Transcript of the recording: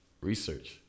research